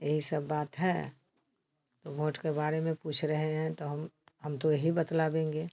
यही सब बात है भोट के बारे में पूछ रहे हैं हम हम तो यही बतलाबेंगे